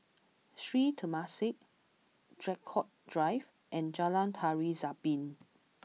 Sri Temasek Draycott Drive and Jalan Tari Zapin